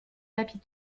tapis